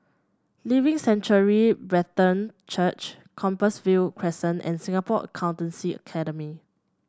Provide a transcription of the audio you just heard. Living Sanctuary Brethren Church Compassvale Crescent and Singapore Accountancy Academy